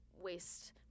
waste